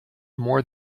more